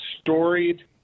storied